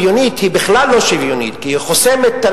הקשות ביותר היא הקיצוץ במענקי האיזון,